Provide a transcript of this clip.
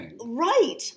Right